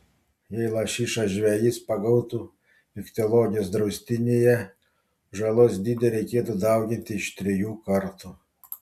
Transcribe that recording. jei lašišą žvejys pagautų ichtiologijos draustinyje žalos dydį reikėtų dauginti iš trijų kartų